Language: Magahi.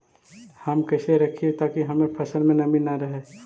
हम कैसे रखिये ताकी हमर फ़सल में नमी न रहै?